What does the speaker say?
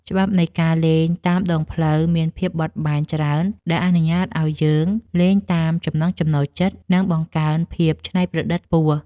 ច្បាប់នៃការលេងតាមដងផ្លូវមានភាពបត់បែនច្រើនដែលអនុញ្ញាតឱ្យយើងលេងតាមចំណង់ចំណូលចិត្ត និងបង្កើនភាពច្នៃប្រឌិតខ្ពស់។